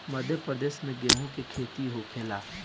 मध्यप्रदेश में गेहू के खेती होखेला